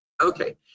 Okay